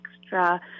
extra